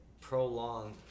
prolong